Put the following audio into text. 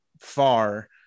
far